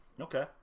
Okay